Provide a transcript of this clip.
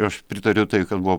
aš pritariu tai kad buvo